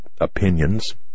opinions